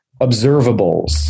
Observables